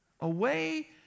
away